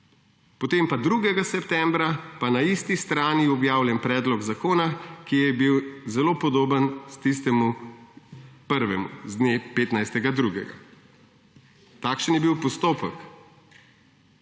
potem pa je 2. septembra na isti strani objavljen predlog zakona, ki je zelo podoben tistemu prvemu z dne 15. 2. Takšen je bil postopek